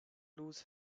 lose